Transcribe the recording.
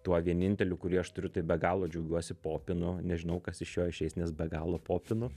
tuo vieninteliu kurį aš turiu tai be galo džiaugiuosi popinu nežinau kas iš jo išeis nes be galo popinu